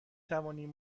توانیم